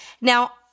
Now